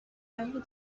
will